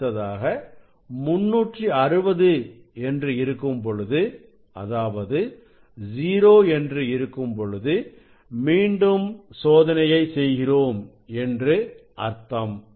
அடுத்தது 360 என்று இருக்கும்பொழுது அதாவது 0 என்று இருக்கும்பொழுது மீண்டும் சோதனையை செய்கிறோம் என்று அர்த்தம்